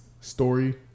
story